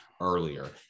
earlier